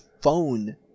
phone